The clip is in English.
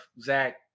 Zach